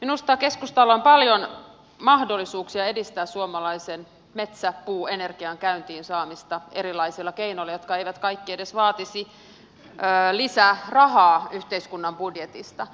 minusta keskustalla on paljon mahdollisuuksia edistää suomalaisen metsäpuuenergian käyntiin saamista erilaisilla keinoilla jotka eivät kaikki edes vaatisi lisää rahaa yhteiskunnan budjetista